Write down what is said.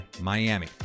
Miami